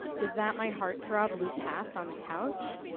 is that my heartthrob blue cas on the couch?